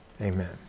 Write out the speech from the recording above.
amen